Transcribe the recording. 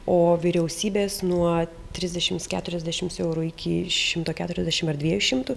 o vyriausybės nuo trisdešimts keturiasdešimts eurų iki šimto keturiasdešimt ar dviejų šimtų